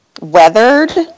weathered